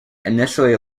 initially